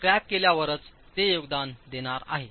crack केल्यावरच ते योगदान देणार आहे